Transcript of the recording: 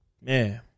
Man